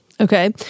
Okay